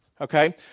okay